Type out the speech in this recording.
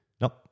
Nope